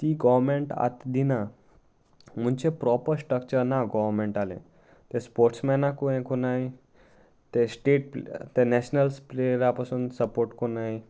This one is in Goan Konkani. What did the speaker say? ती गोवमेंट आतां दिना मुनचे प्रोपर स्ट्रक्चर ना गोवमेंटालें ते स्पोर्ट्समॅनाकू हें कोनाय ते स्टेट ते नॅशनल्स प्लेयरा पासून सपोर्ट करनाय